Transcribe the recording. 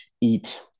eat